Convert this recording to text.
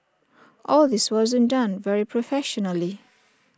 all this wasn't done very professionally